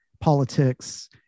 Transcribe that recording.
politics